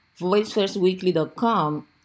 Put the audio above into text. voicefirstweekly.com